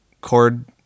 chord